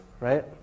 right